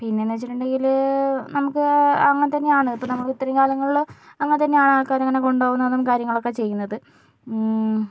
പിന്നെന്നു വെച്ചിട്ടുണ്ടെങ്കിൽ നമുക്ക് അങ്ങനെ തന്നെയാണ് നമ്മൾ ഇത്രയും കാലങ്ങളിൽ അങ്ങനെ തന്നെയാണ് ആൾക്കാർ ഇങ്ങനെ കൊണ്ടുപോകുന്നതും കാര്യങ്ങളൊക്കെ ചെയ്യുന്നത്